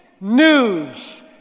news